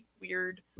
weird